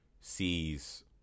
sees